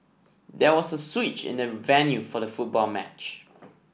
there was a switch in the venue for the football match